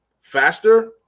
faster